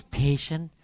patient